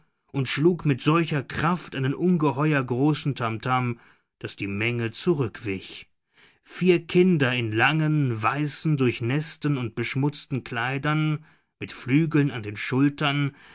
und schlug mit solcher kraft einen ungeheuer großen tamtam daß die menge zurückwich vier kinder in langen weißen durchnäßten und beschmutzten kleidern mit flügeln an den schultern